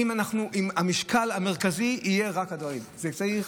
אם המשקל המרכזי יהיה רק על הדברים האלה.